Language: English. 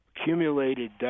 Accumulated